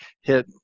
hit